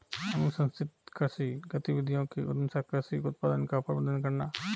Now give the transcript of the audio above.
अनुशंसित कृषि गतिविधियों के अनुसार कृषि उत्पादन का प्रबंधन करना